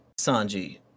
sanji